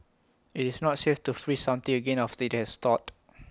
IT is not safe to freeze something again after IT has thawed